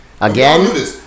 Again